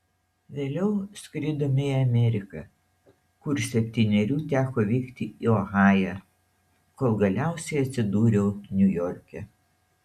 vėliau skridome į ameriką kur septynerių teko vykti į ohają kol galiausiai atsidūriau niujorke